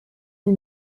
des